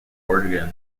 organ